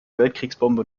weltkriegsbombe